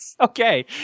Okay